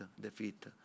defeat